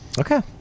Okay